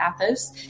athos